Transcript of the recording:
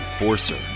Enforcer